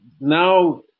now